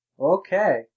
Okay